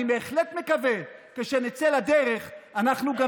אני בהחלט מקווה שכשנצא לדרך אנחנו גם